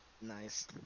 nice